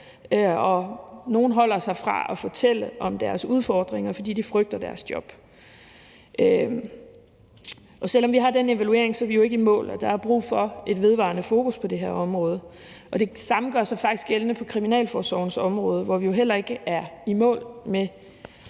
nogle holder sig fra at fortælle om deres udfordringer, fordi de frygter for deres job. Selv om vi har den evaluering, er vi ikke i mål. Der er brug for et vedvarende fokus på det her område. Det samme gør sig faktisk gældende på kriminalforsorgens område, hvor vi jo heller ikke er i mål med